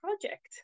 project